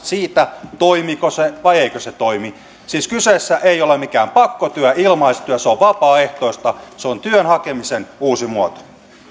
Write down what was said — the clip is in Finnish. siitä toimiiko se vai eikö se toimi siis kyseessä ei ole mikään pakkotyö ilmaistyö se on vapaaehtoista se on työn hakemisen uusi muoto